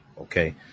okay